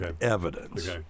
evidence